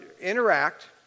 interact